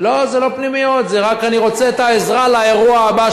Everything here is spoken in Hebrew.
אתה חייב לדבר על הבעיות הפנימיות שלכם פה?